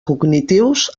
cognitius